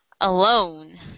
Alone